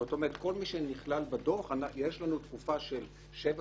זאת אומרת כל מי שנכלל בדוח יש לנו תקופה של שבע